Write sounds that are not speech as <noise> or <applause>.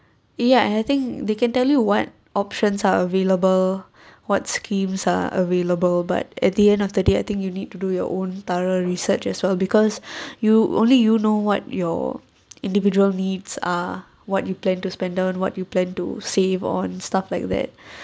ya and I think they can tell you what options are available what schemes are available but at the end of the day I think you need to do your own tare research as well because <breath> you only you know what your individual needs are what you plan to spend on what you plan to save on stuff like that <breath>